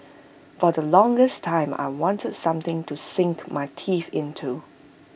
for the longest time I wanted something to sink my teeth into